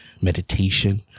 meditation